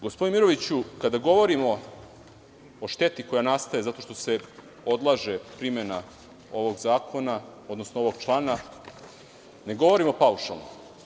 Gospodine Miroviću, kada govorimo o šteti koja nastaje zato što se odlaže primena ovog zakona odnosno ovog člana, ne govorimo paušalno.